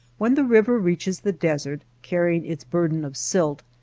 when the river reaches the desert carrying its burden of silt,